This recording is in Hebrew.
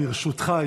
ברשותך,